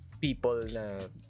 people